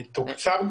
הוא כבר תוקצב.